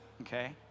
okay